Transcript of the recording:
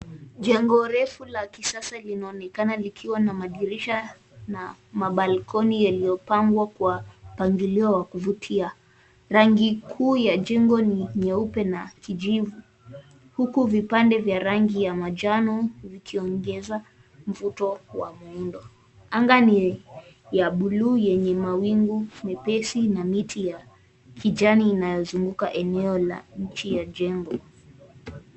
Jengo refu la kisasa linaonekana likiwa na madirisha na ma balcony yenye imepangwa kwa mpangilio wa kuvutia, rangi kuu ya jengo ni nyeupe, na kijivu, huku vipande vya rangi ya majano zikiongeza mvuto wa muundo, anga ni ya blue yenye mawingu nyepesi na miti ya kijani inayozunguka eneo ya nchi ya jengo.